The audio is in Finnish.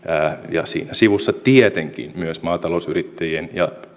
ja siinä sivussa tietenkin myös maatalousyrittäjien ja